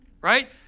right